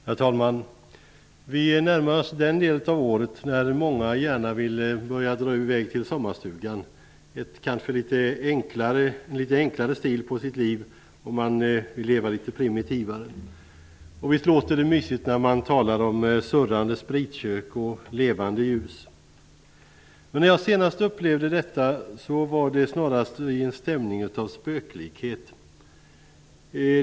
Herr talman! Vi närmar oss den del av året då många gärna vill börja dra i väg till sommarstugan, med en kanske litet enklare stil på sitt liv. Man vill leva litet primitivare. Visst låter det mysigt när man talar om surrande spritkök och levande ljus. När jag senast upplevde detta var det snarast i en stämning av spöklikhet.